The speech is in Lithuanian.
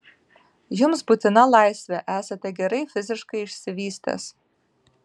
jums būtina laisvė esate gerai fiziškai išsivystęs